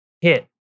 hit